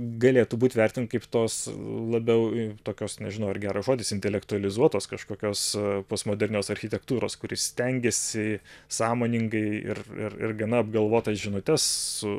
galėtų būti vertinti kaip tos labiau tokios nežinau ar geras žodis intelektualizuotos kažkokios postmodernios architektūros kuri stengiasi sąmoningai ir ir gana apgalvotas žinutes